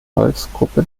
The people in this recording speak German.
volksgruppe